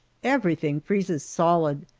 everything freezes solid,